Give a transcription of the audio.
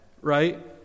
right